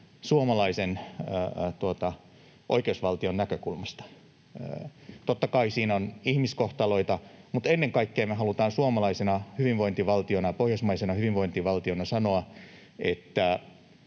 suomalaisen oikeusvaltion näkökulmasta. Totta kai siinä on ihmiskohtaloita, mutta ennen kaikkea me halutaan suomalaisena hyvinvointivaltiona, pohjoismaisena hyvinvointivaltiona sanoa, että